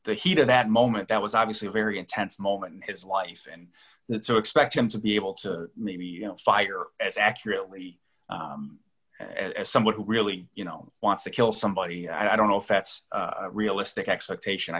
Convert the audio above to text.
heat of that moment that was obviously a very intense moment in his life and so expect him to be able to maybe you know fire as accurately as someone who really you know wants to kill somebody i don't know if that's realistic expectation i